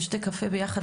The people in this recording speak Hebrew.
אני אשתה קפה ביחד,